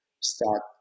start